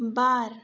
बार